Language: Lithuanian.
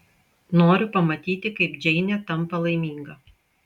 noriu pamatyti kaip džeinė tampa laiminga